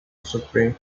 supreme